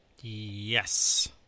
Yes